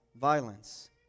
violence